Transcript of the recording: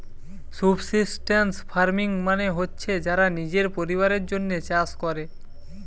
subsistence farming মানে হচ্ছে যারা নিজের পরিবারের জন্যে চাষ কোরে